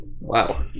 Wow